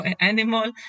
animal